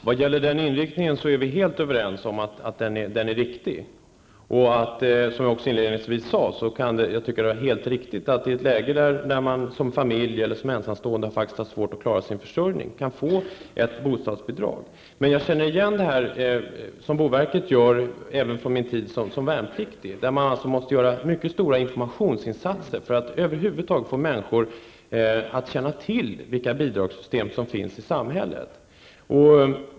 Herr talman! Vi är helt överens om att den inriktningen är riktig. Som jag sade inledningsvis tycker jag att det är helt riktigt att en ensamstående eller en familj i ett läge där det är svårt att klara försörjningen kan få bostadsbidrag. Men jag känner igen det som boverket gör från min tid som värnpliktig. Man måste göra stora informationsinsatser för att människor över huvud taget skall känna till vilka bidragssystem som finns i samhället.